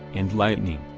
and lightning.